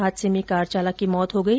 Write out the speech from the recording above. हादसे में कार चालक की मौत हो गई